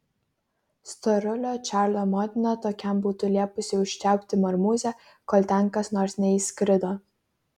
storulio čarlio motina tokiam būtų liepusi užčiaupti marmūzę kol ten kas nors neįskrido